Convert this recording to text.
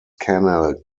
canal